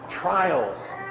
Trials